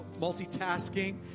multitasking